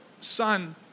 son